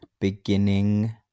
beginning